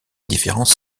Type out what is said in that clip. différences